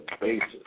basis